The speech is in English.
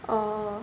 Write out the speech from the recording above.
oh